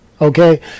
Okay